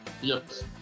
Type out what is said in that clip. Yes